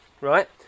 right